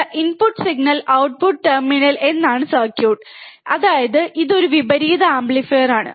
the input signal input signal terminal എന്നതാണ് circuit അതായത് ഇത് ഒരു വിപരീത ആംപ്ലിഫയറാണ്